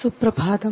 സുപ്രഭാതം